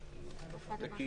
התשנ"א 1991,